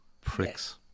Pricks